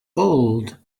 old